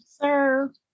sir